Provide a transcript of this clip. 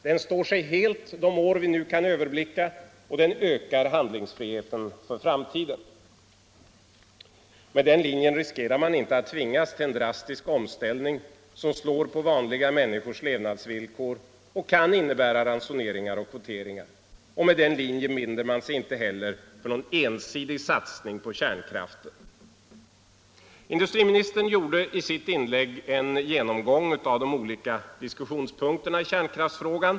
Den står sig helt de år vi nu skall överblicka, och den ökar handlingsfriheten för framtiden. Med den linjen riskerar man inte att tvingas till en drastisk omställning som slår på vanliga människors levnadsvillkor och som kan innebära ransoneringar och kvoteringar. Med den linjen binder man sig inte heller för någon ensidig satsning på kärnkraften. Industriministern gjorde i sitt inlägg en genomgång av de olika diskussionspunkterna i kärnkraftsfrågan.